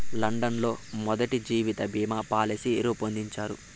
London లో మొదటి జీవిత బీమా పాలసీ రూపొందించారు